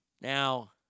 Now